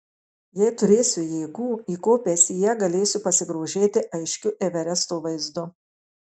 jei turėsiu jėgų įkopęs į ją galėsiu pasigrožėti aiškiu everesto vaizdu